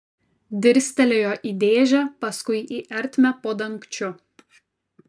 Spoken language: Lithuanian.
dirstelėjo į dėžę paskui į ertmę po dangčiu